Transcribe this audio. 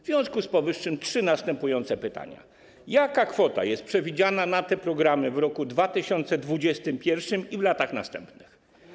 W związku z powyższym mam następujące pytania: Jaka kwota jest przewidziana na te programy w roku 2021 i w latach następnych?